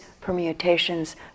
permutations